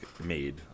made